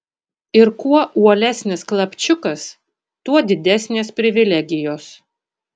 ir kuo uolesnis klapčiukas tuo didesnės privilegijos